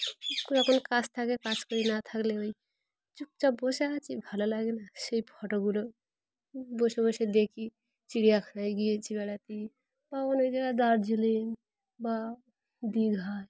ক যখন কাজ থাকে কাজ করি না থাকলে ওই চুপচাপ বসে আছি ভালো লাগে না সেই ফটোগুলো বসে বসে দেখি চিড়িয়াখানায় গিয়েছি বেড়াতে বা অনেক জায়গায় দার্জিলিং বা দীঘায়